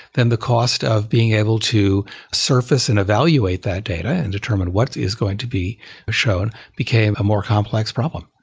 then the cost of being able to surface and evaluate that data and determine what is going to be shown became a more complex problem.